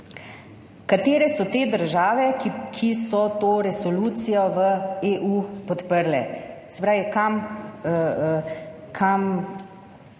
Katere so te države, ki so to resolucijo v EU podprle.